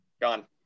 gone